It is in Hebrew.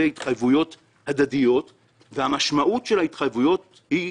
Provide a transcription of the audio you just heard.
התחייבויות הדדיות והמשמעות של ההתחייבויות היא,